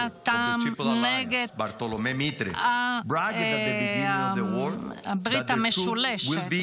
בתחילה התפאר המפקד הראשי של הברית המשולשת,